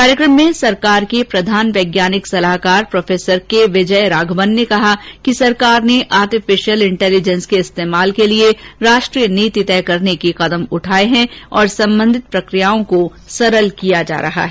कार्यक्रम में सरकार के प्रधान वैज्ञानिक सलाहाकार प्रो के विजय राघवन ने कहा कि सरकार ने आर्टीफिशियल इंटेलीजेंस के इस्तेमाल के लिए राष्ट्रीय नीति तय करने के कदम उठाये हैं और संबंधित प्रक्रियाओं को सरल बनाया जा रहा है